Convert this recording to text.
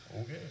okay